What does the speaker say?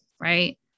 right